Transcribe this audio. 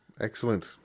Excellent